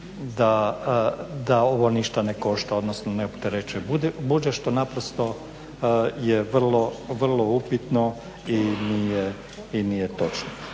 da ovo ništa ne košta odnosno ne opterećuje budžet što je vrlo upitno i nije točno.